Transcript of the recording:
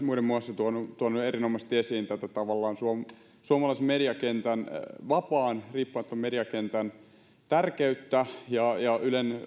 muiden muassa tuoneet erinomaisesti esiin tätä suomalaisen mediakentän vapaan riippumattoman mediakentän tärkeyttä ja ylen